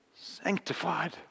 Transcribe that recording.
sanctified